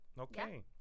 Okay